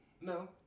No